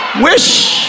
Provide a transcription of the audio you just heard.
wish